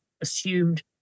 assumed